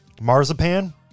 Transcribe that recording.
Marzipan